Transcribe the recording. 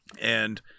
and-